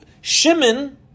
Shimon